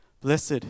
Blessed